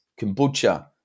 kombucha